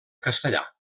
castellà